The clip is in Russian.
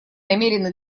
намерены